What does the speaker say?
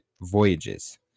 voyages